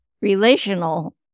relational